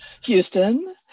Houston